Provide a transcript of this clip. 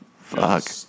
Fuck